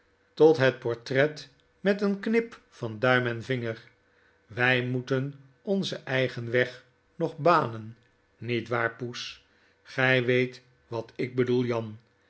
tot het portret met een knip van duim en vinger wg moeten onzen eigenweg nog banen niet waar poes gij weet wat ik bedoel jan